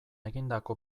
egindako